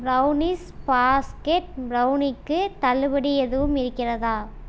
brownies basket பிரௌனிக்கு தள்ளுபடி எதுவும் இருக்கிறதா